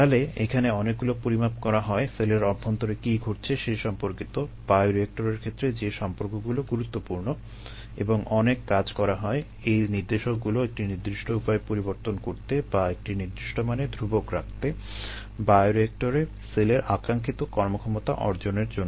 তাহলে এখানে অনেকগুলো পরিমাপ করা হয় সেলের অভ্যন্তরে কী ঘটছে সে সম্পর্কিত বায়োরিয়েক্টরের ক্ষেত্রে যে সম্পর্কগুলো গুরুত্বপূর্ণ এবং অনেক কাজ করা হয় এই নির্দেশকগুলো একটি নির্দিষ্ট উপায়ে পরিবর্তন করতে বা একটি নির্দিষ্ট মানে ধ্রুবক রাখতে বায়োরিয়েক্টরে সেলের আকাংক্ষিত কর্মক্ষমতা অর্জনের জন্য